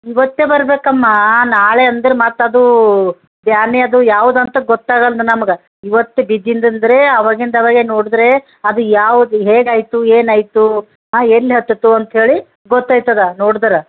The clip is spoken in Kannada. ಇವತ್ತೇ ಬರಬೇಕಮ್ಮಾ ನಾಳೆ ಅಂದ್ರೆ ಮತ್ತದು ಬ್ಯಾನೆ ಅದು ಯಾವುದಂತ ಗೊತ್ತಾಗಲ್ದು ನಮ್ಗೆ ಇವತ್ತು ಬಿದ್ದಿಂದಂದರೆ ಆವಗಿಂದಾವಾಗೇ ನೋಡಿದರೆ ಅದು ಯಾವುದು ಹೇಗಾಯಿತು ಏನಾಯಿತು ಎಲ್ಲಿ ಹತ್ತಿತು ಅಂತ ಹೇಳಿ ಗೊತ್ತಾಯ್ತದೆ ನೋಡ್ದ್ರೆ